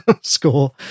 score